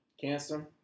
cancer